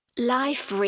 Life